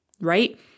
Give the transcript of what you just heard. right